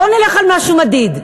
בוא נלך על משהו מדיד.